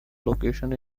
location